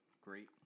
Great